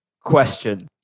question